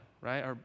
right